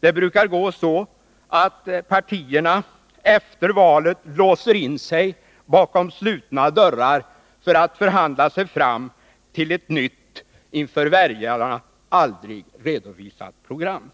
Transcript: Det brukar bli så att partierna efter valet låser in sig bakom slutna dörrar för att förhandla sig fram till ett nytt inför väljarna aldrig redovisat program.